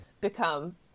become